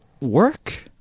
work